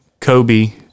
Kobe